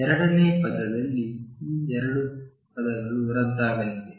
ಎರಡನೇ ಪದದಲ್ಲಿ ಈ ಎರಡು ಪದಗಳು ರದ್ದಾಗಲಿವೆ